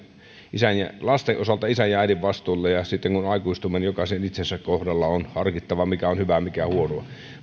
lasten osalta isän ja äidin vastuulla ja sitten kun aikuistumme niin jokaisen itsensä kohdalla on harkittava mikä on hyvää ja mikä huonoa